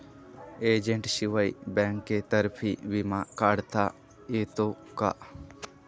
एजंटशिवाय बँकेतर्फे विमा काढता येतो का?